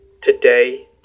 Today